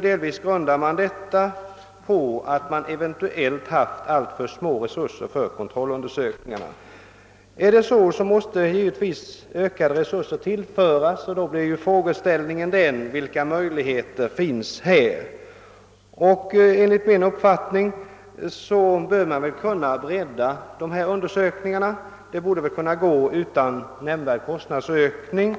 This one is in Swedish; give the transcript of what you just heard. Detta grundas delvis på att man kanske haft alltför små resurser för kontrollundersökningar. Om så är fallet måste givetvis ökade resurser tillföras. Frågan blir då vilka möjligheter vi härvidlag har. Enligt min uppfattning bör man kunna bredda dessa undersökningar; det borde vara möjligt att utan nämnvärd kostnadsökning